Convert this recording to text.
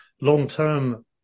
long-term